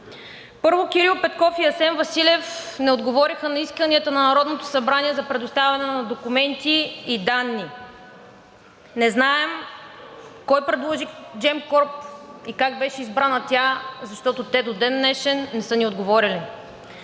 Първо Кирил Петков и Асен Василев не отговориха на исканията на Народното събрание за предоставяне на документи и данни. Не знаем кой предложи Gemcorp и как беше избрана тя, защото те до ден днешен не са ни отговорили.